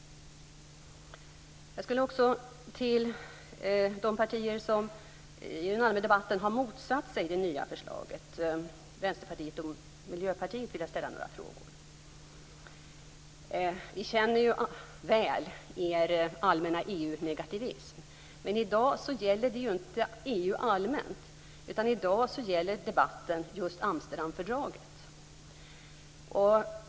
Jag skulle också till de partier som i den allmänna debatten har motsatt sig det nya förslaget, Vänsterpartiet och Miljöpartiet, vilja ställa några frågor. Vi känner ju väl er allmänna EU-negativism. Men i dag gäller det ju inte EU allmänt, utan i dag gäller debatten just Amsterdamfördraget.